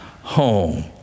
home